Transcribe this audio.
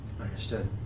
Understood